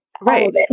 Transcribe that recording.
right